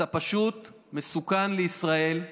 אתה פשוט מסוכן לישראל,